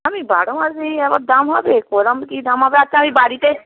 আমি বারো মাস নিই আবার দাম হবে কীরকম কী দাম হবে আচ্ছা আমি বাড়িতে